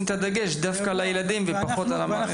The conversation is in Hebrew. את הדגש דווקא על הילדים ופחות על המערכת.